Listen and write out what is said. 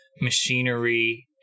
machinery